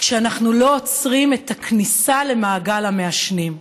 כשאנחנו לא עוצרים את הכניסה למעגל המעשנים.